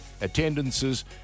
attendances